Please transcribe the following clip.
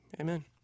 Amen